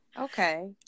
Okay